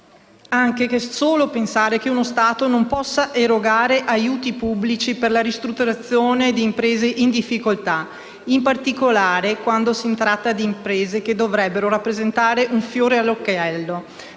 anche solo pensare che uno Stato non possa erogare aiuti pubblici per la ristrutturazione di imprese in difficoltà, in particolare quando si tratta di imprese che dovrebbero rappresentare un fiore all'occhiello,